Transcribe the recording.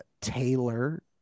Taylor